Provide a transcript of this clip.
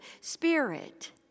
spirit